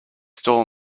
store